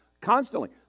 constantly